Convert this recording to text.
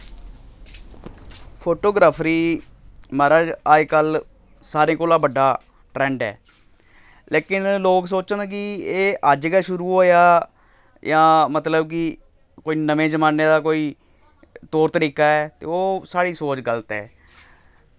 photography महारज अज्जकल सारें कोला बड्डा ट्रैंड ऐ लेकिन लोग सोचन कि एह् अज्ज गै शुरू होएआ जां मतलब कि कोई नमें जमाने दा कोई तौर तरीका ऐ ते ओह् साढ़ी सोच गल्त ऐ